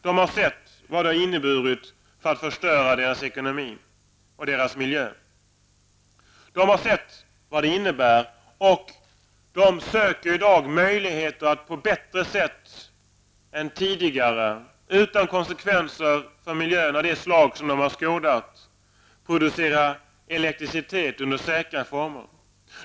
De har sett hur det har förstört deras ekonomier och miljö. De har sett vad det innebär. De söker i dag möjligheter att på ett bättre sätt än tidigare, utan konsekvenser för miljön av de slag som de har skådat, producera elektricitet under säkrare former.